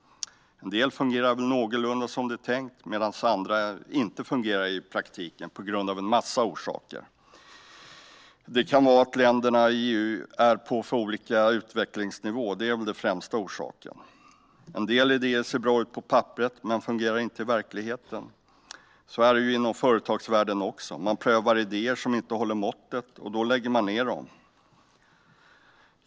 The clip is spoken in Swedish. En del fungerar väl någorlunda som det är tänkt, medan andra inte fungerar i praktiken, på grund av en massa orsaker. Det kan vara att länderna i EU ligger för olika till vad gäller utvecklingsnivå. Det är väl den främsta orsaken. En del idéer ser bra ut på papperet men fungerar inte i verkligheten. Så är det ju inom företagsvärlden också - man prövar idéer som inte håller måttet, och då lägger man ned dem.